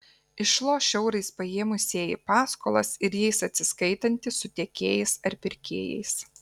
išloš eurais paėmusieji paskolas ir jais atsiskaitantys su tiekėjais ar pirkėjais